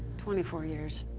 twenty four years.